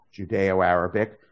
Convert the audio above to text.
Judeo-Arabic